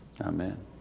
Amen